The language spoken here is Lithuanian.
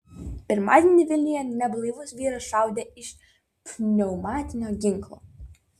pirmadienį vilniuje neblaivus vyras šaudė iš pneumatinio ginklo